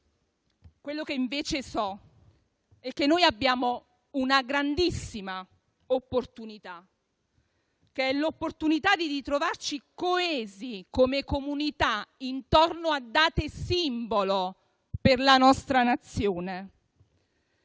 Quello che invece so è che noi abbiamo la grandissima opportunità di ritrovarci coesi, come comunità, intorno a date simbolo per la nostra Nazione.